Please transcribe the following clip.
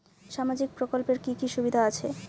সামাজিক প্রকল্পের কি কি সুবিধা আছে?